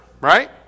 Right